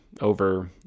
over